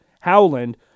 Howland